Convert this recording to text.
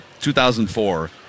2004